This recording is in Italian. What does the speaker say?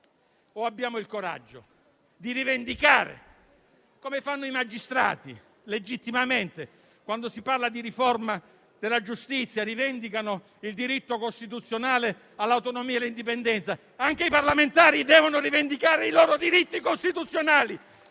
potevano essere di reità. Come fanno dunque i magistrati legittimamente i quali, quando si parla di riforma della giustizia, rivendicano il diritto costituzionale all'autonomia e all'indipendenza, anche i parlamentari devono rivendicare i loro diritti costituzionali